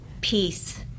Peace